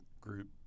group